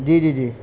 جی جی جی